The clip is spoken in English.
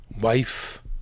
wife